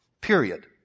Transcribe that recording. Period